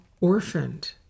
orphaned